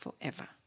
forever